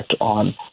on